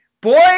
boy